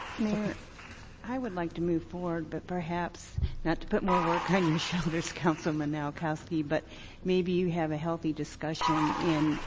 mayor i would like to move forward but perhaps not to put more work on your shoulders councilman nowakowski but maybe you have a healthy discussion in